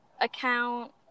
account